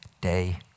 day